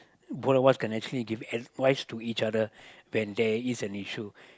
brothers can actually give advice to each other when there is an issue